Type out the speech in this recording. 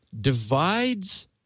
divides